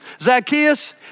Zacchaeus